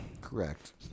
correct